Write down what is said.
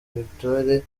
victoire